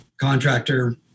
contractor